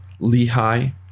Lehi